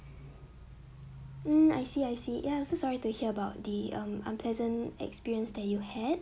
hmm I see I see yeah I'm so sorry to hear about the um unpleasant experience that you had